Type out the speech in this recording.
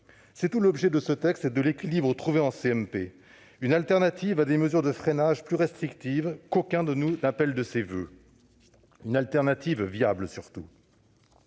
C'est tout l'objet de ce texte et de l'équilibre trouvé en CMP : une alternative à des mesures de freinage plus restrictives qu'aucun de nous n'appelle de ses voeux ; une alternative viable, surtout.